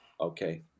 Okay